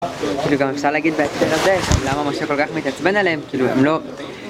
כאילו, גם אפשר להגיד בהקשר הזה, למה משה כל כך מתעצבן עליהם, כאילו, אם לא...